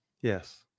Yes